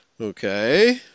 okay